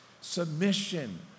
submission